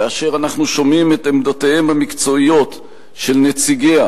כאשר אנחנו שומעים את עמדותיהם המקצועיות של נציגיה